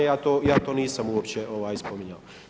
Ja to nisam uopće spominjao.